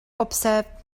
observed